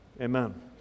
Amen